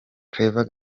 claver